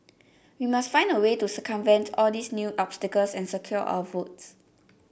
we must find a way to circumvent all these new obstacles and secure our votes